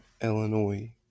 Illinois